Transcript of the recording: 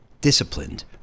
disciplined